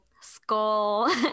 skull